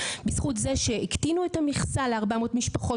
בזכות זה שהקטינו את המכסה ל-400 משפחות